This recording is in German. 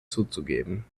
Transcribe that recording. zuzugeben